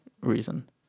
reason